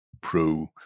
pro